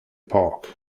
park